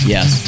Yes